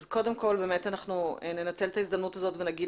אז קודם כל אנחנו באמת ננצל את ההזדמנות הזאת ונגיד